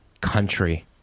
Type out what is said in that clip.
country